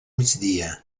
migdia